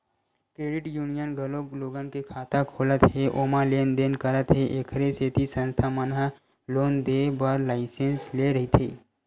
credit union घलोक लोगन के खाता खोलत हे ओमा लेन देन करत हे एखरे सेती संस्था मन ह लोन देय बर लाइसेंस लेय रहिथे